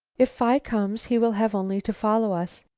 if phi comes, he will have only to follow us.